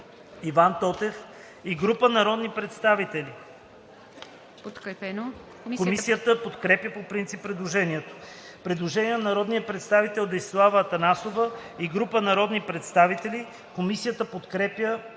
Иван Тотев и група народни представители. Комисията подкрепя по принцип предложението. Предложение на народния представител Десислава Атанасова и група народни представители. Комисията подкрепя